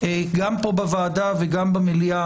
גם פה בוועדה וגם במליאה,